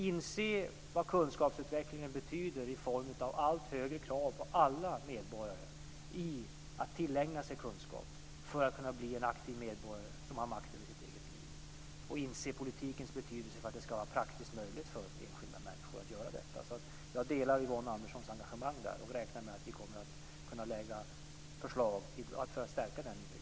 Inse vad kunskapsutvecklingen betyder i form av allt högre krav på varje medborgare i fråga om att tillägna sig kunskap för att kunna bli en aktiv medborgare som har makt över sitt eget liv! Inse politikens betydelse för att det ska vara praktiskt möjligt för enskilda människor att göra detta! Jag delar Yvonne Anderssons engagemang där och räknar med att vi kommer att kunna lägga fram förslag för att stärka den inriktningen.